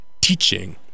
teaching